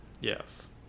Yes